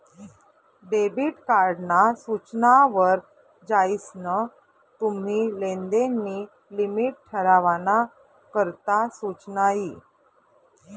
debit card ना सूचना वर जायीसन तुम्ही लेनदेन नी लिमिट ठरावाना करता सुचना यी